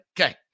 okay